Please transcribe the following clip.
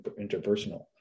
interpersonal